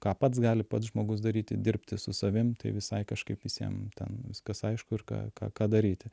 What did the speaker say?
ką pats gali pats žmogus daryti dirbti su savim tai visai kažkaip visiem ten viskas aišku ir ką ką ką daryti